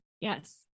Yes